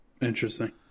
Interesting